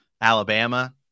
Alabama